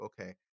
okay